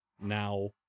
now